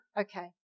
Okay